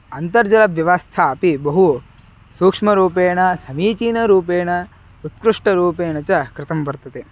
अन्तर्जलव्यवस्था अपि बहु सूक्ष्मरूपेण समीचीनरूपेण उत्कृष्टरूपेण च कृतं वर्तते